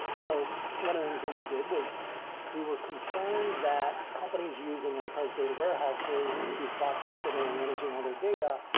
so one of the things that we did was we were concerned that companies using enterprise data warehouses who thought that's where they were managing all their data,